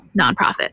nonprofit